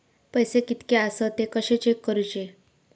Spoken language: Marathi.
पैसे कीतके आसत ते कशे चेक करूचे?